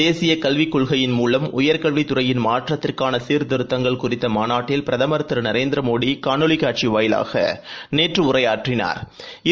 தேசியக் கல்விக் கொள்கையின் மூலம் உயர்கல்வித் துறையின் மாற்றத்திற்கான சீாதிருத்தங்கள் குறித்த மாநாட்டில் பிரதம் திரு நரேந்திரமோடி காணொலி காட்சி வாயிலாக நேற்று உரையாற்றினாா்